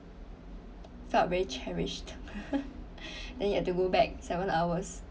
felt very cherished then he had to go back seven hours